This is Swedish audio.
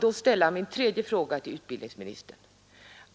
Fru talman!